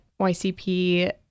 YCP